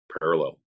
parallel